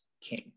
king